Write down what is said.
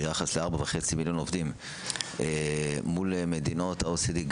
ביחס ל-4.5 מיליון עובדים מול מדינות ה-OECD,